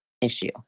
issue